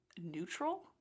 neutral